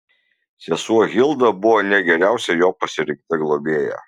sesuo hilda buvo ne geriausia jo pasirinkta globėja